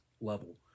level